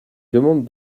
demande